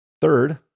Third